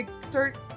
start